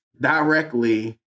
directly